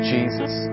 Jesus